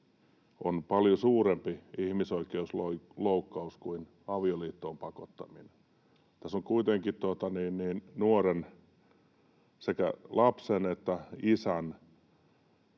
on paljon suurempi ihmisoikeusloukkaus kuin avioliittoon pakottaminen. Tässä on kuitenkin kyseessä sekä lapsen että isän